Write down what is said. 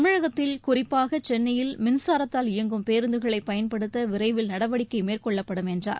தமிழகத்தில் குறிப்பாக சென்னையில் மின்சாரத்தால் இயங்கும் பேருந்துகளை பயன்படுத்த விரைவில் நடவடிக்கை மேற்கொள்ளப்படும் என்றார்